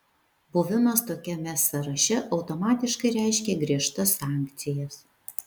buvimas tokiame sąraše automatiškai reiškia griežtas sankcijas